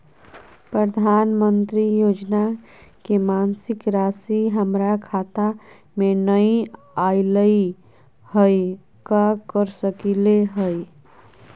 प्रधानमंत्री योजना के मासिक रासि हमरा खाता में नई आइलई हई, का कर सकली हई?